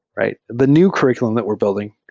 right? the new curr iculum that we're building,